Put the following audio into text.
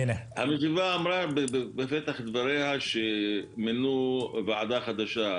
הנציגה אמרה בפתח דבריה שמינו ועדה חדשה,